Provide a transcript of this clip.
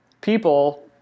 people